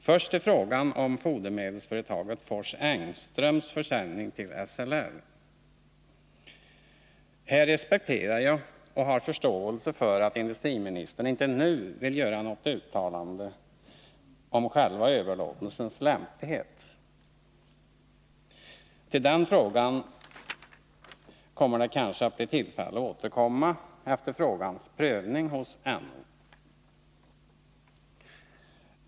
Först till frågan om fodermedelsföretaget Fors Engströms försäljning till Svenska lantmännens riksförbund. Här respekterar jag och har förståelse för att industriministern inte nu vill göra något uttalande om själva överlåtelsens lämplighet. Till den frågan kommer det kanske att bli tillfälle att återkomma efter frågans prövning hos NO.